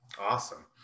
Awesome